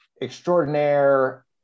extraordinaire